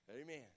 Amen